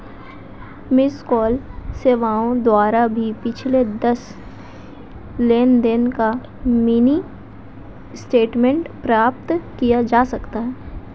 miss call सेवाओं द्वारा भी पिछले दस लेनदेन का मिनी स्टेटमेंट प्राप्त किया जा सकता है